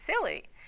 silly